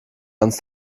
ganz